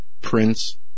prince